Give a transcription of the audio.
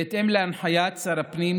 בהתאם להנחיית שר הפנים,